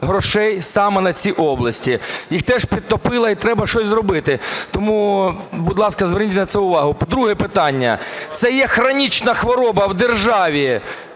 грошей саме на ці області, їх теж підтопило, і треба щось зробити. Тому, будь ласка, зверніть на це увагу. Друге питання. Це є хронічна хвороба в державі